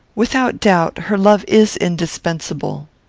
without doubt, her love is indispensable.